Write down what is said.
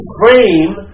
frame